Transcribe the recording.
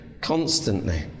constantly